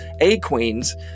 A-Queens